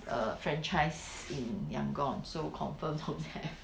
err franchise in yangon so confirm don't have